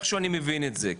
איכשהו אני מבין את זה,